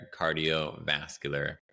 cardiovascular